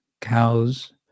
cows